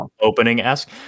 opening-esque